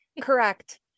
Correct